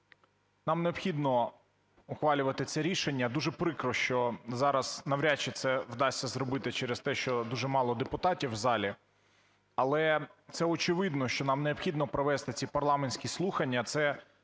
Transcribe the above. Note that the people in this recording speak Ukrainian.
нам необхідно ухвалювати це рішення. Дуже прикро, що зараз навряд чи це вдасться зробити через те, що дуже мало депутатів у залі, але це очевидно, що нам необхідно провести ці парламентські слухання.